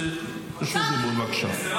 רשות דיבור, בבקשה.